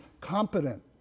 competent